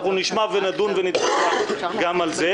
אנחנו נשמע ונדון גם על זה.